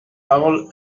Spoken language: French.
parole